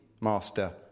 Master